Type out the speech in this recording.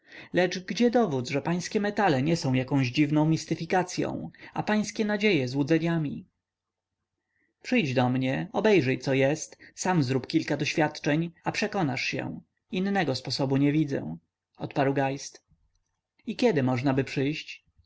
lecz gdzie dowód że pańskie metale nie są jakąś dziwną mistyfikacyą a pańskie nadzieje złudzeniami przyjdź do mnie obejrzyj co jest sam zrób kilka doświadczeń a przekonasz się innego sposobu nie widzę odparł geist i kiedy możnaby przyjść